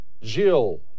Jill